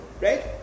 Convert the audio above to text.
right